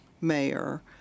mayor